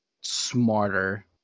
smarter